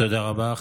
תודה רבה.